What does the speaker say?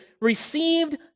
received